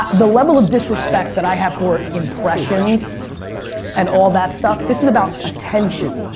the level of disrespect that i have for impressions and all that stuff, this is about attention.